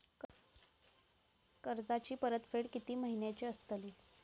कर्जाची परतफेड कीती महिन्याची असतली?